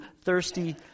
thirsty